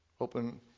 Open